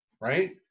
right